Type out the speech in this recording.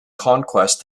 conquest